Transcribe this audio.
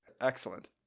Excellent